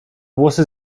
włosy